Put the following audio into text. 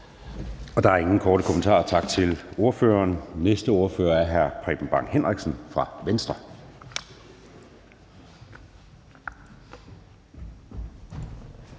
Der er ingen korte bemærkninger. Tak til ordføreren. Den næste ordfører er hr. Preben Bang Henriksen fra Venstre.